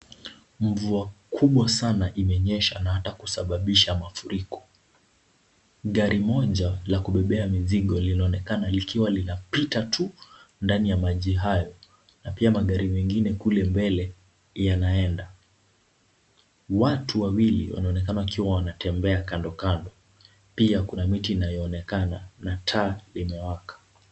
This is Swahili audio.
Mvua kubwa sana imenyesha na hata kusababisha mafuriko. Gari moja la kubebea mizigo linaonekana likiwa linapita tu ndani ya maji hayo, na pia magari mengine kule mbele yanaenda. Watu wawili wanaonekana wakiwa wanatembea kando kando. Pia kuna miti inayoonekana, na taa limewaka.